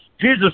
Jesus